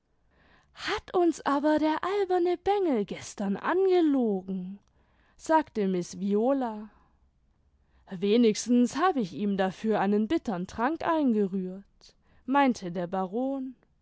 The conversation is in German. hat uns aber der alberne bengel gestern angelogen sagte miß viola wenigstens hab ich ihm dafür einen bittern trank eingerührt meinte der baron